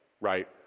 right